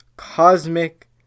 Cosmic